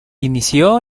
inició